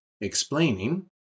explaining